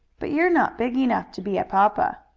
but you're not big enough to be a papa.